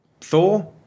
Thor